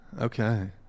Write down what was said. Okay